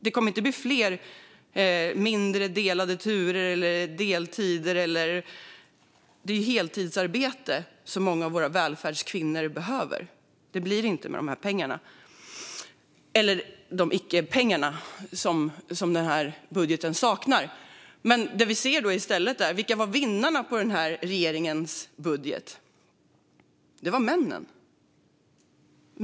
Det kommer inte att bli färre delade turer och deltider. Det är ju heltidsarbete som många av våra välfärdskvinnor behöver. Det blir det inte med de här icke-pengarna, de pengar som den här budgeten saknar. Vilka kan vi då se var vinnarna på regeringens budget? Jo, det var männen.